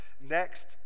next